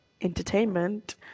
entertainment